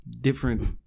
different